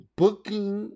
booking